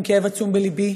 עם כאב עצום בלבי,